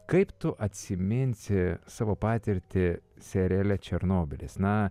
kaip tu atsiminsi savo patirtį seriale černobylis na